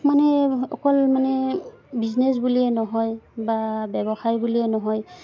মানে অকল মানে বিজনেছ বুলিয়ে নহয় বা ব্যৱসায় বুলিয়ে নহয়